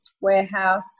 warehouse